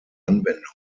anwendungen